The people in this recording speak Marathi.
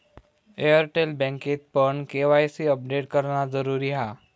एअरटेल बँकेतपण के.वाय.सी अपडेट करणा जरुरी हा